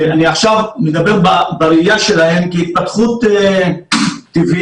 אני עכשיו מדבר בראייה שלהם כהתפתחות טבעית,